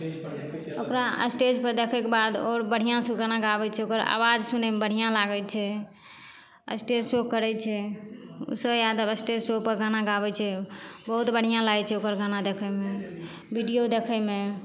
ओकरा स्टेजपर देखैके बाद आओर बढ़िआँसे गाना गाबै छै ओकर आवाज सुनैमे बढ़िआँ लागै छै स्टेज शो करै छै उषो यादव स्टेज शो पर गाना गाबै छै बहुत बढ़िआँ लागै छै ओकर गाना देखैमे वीडिओ देखैमे